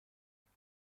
الان